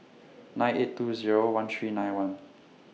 nine eight two Zero one three nine one